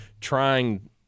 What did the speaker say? trying